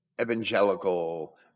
evangelical